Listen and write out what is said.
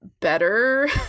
better